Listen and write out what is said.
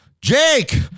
Jake